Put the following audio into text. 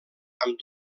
amb